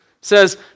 says